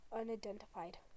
unidentified